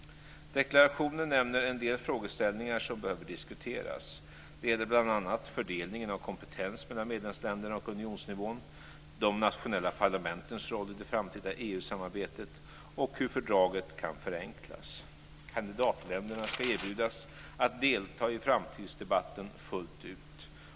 Deklarationen nämner en del frågeställningar som behöver diskuteras. Det gäller bl.a. fördelningen av kompetens mellan medlemsländerna och unionsnivån, de nationella parlamentens roll i det framtida EU-samarbetet och hur fördraget kan förenklas. Kandidatländerna ska erbjudas att delta i framtidsdebatten fullt ut.